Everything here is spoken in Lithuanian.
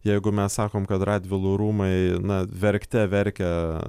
jeigu mes sakom kad radvilų rūmai na verkte verkia